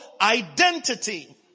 identity